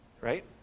Right